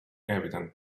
evident